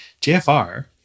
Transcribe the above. JFR